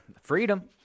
freedom